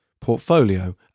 portfolio